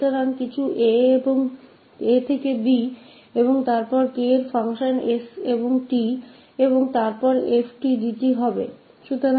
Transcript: तो कुछ 𝑎 को 𝑏 और फिर वहाँ एक फंक्शन 𝐾 ऑफ 𝑠 और 𝑡 का और फिर 𝑓 𝑡 𝑑𝑡 का है